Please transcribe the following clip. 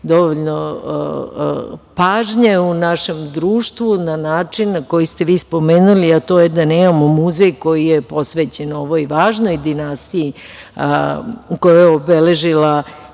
dovoljno pažnje u našem društvu, na način na koji ste vi spomenuli, a to je da nemamo muzej koji je posvećen ovoj važnoj dinastiji koja je obeležila